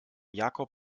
jakob